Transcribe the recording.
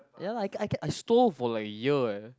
ya lah I I stole for like a year eh